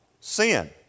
sin